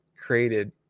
created